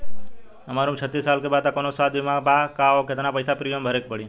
हमार उम्र छत्तिस साल बा त कौनों स्वास्थ्य बीमा बा का आ केतना पईसा प्रीमियम भरे के पड़ी?